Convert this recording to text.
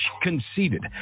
conceited